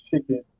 Chicken